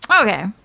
Okay